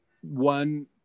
one